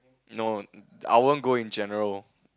no I won't go in general